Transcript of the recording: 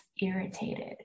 irritated